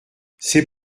c’est